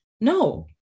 No